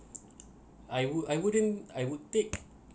I would I wouldn't I would take